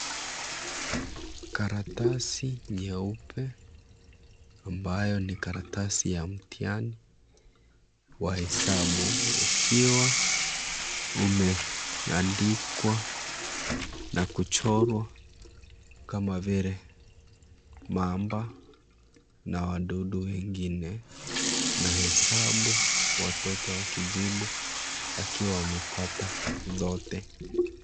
Karatasi nyeupe ambayo ni karatasi ya mtihani wa hesabu; ukiwa umeandikwa na kuchorwa kama vile mamba na wadudu wengine. Na hesabu watoto wakijibu akiwa amepata zote.